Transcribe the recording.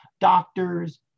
doctors